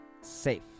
safe